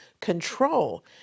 control